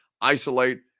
isolate